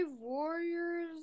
Warriors